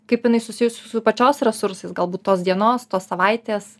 kaip jinai susijusi su pačios resursais galbūt tos dienos tos savaitės